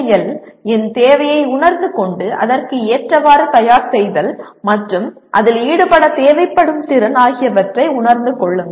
L இன் தேவையை உணர்ந்து கொண்டு அதற்கு ஏற்றவாறு தயார் செய்தல் மற்றும் அதில் ஈடுபட தேவைப்படும் திறன் ஆகியவற்றை உணர்ந்து கொள்ளுங்கள்